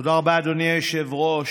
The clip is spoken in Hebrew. תודה רבה, אדוני היושב-ראש.